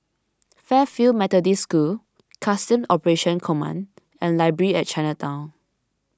Fairfield Methodist School Customs Operations Command and Library at Chinatown